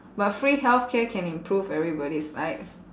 but free healthcare can improve everybody's lives